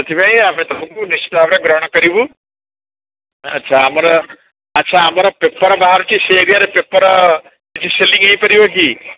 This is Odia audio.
ସେଥିପାଇଁ ଆମେ ତୁମକୁ ନିଶ୍ଚିତ ଭାବରେ ଗ୍ରହଣ କରିବୁ ଆଚ୍ଛା ଆମର ଆଚ୍ଛା ଆମର ପେପର୍ ବାହାରୁଛି ସେ ଏରିଆରେ ପେପର୍ କିଛି ସେଲିଙ୍ଗ୍ ହୋଇ ପାରିବ କି